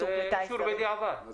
זה מעין אישור בדיעבד.